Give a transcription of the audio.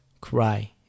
cry